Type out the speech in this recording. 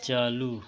चालू